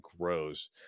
grows